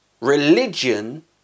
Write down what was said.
religion